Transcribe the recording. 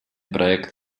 проект